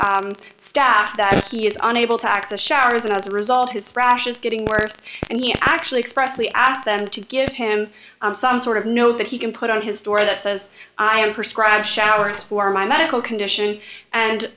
staff that he is unable to access showers and as a result his frash is getting worse and he actually expressly asked them to give him some sort of no that he can put on his door that says i am for scribe showers for my medical condition and